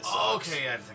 okay